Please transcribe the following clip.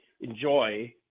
enjoy